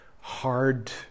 hard